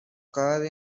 car